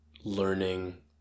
learning